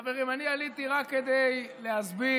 חברים, אני עליתי רק כדי להסביר